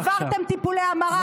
עברתם טיפולי המרה.